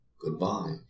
Goodbye